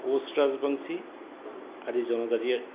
কোচ ৰাজবংশী আদি জনজাতীয়